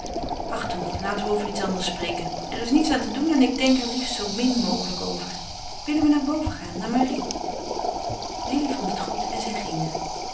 ach toe laten we over iets anders spreken er is niets aan te doen en ik denk er liefst zoo min mogelijk over willen we naar boven gaan naar marie lili vond het goed en zij gingen